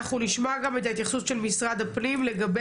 אנחנו נשמע גם את ההתייחסות של משרד הפנים לגבי